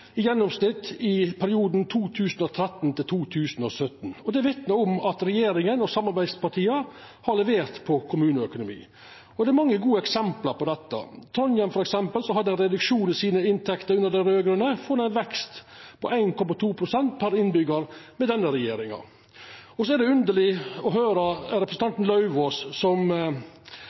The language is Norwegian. i gjennomsnitt i perioden 2013 til 2017. Det vitnar om at regjeringa og samarbeidspartia har levert på kommuneøkonomi. Det er mange gode eksempel på dette – f.eks. Trondheim, som hadde ein reduksjon i inntektene under dei raud-grøne, og som får ein vekst på 1,2 pst. per innbyggjar med denne regjeringa. Det er underleg å høyra representanten Lauvås, som